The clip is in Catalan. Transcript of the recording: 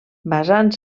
basant